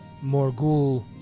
Morgul